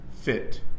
Fit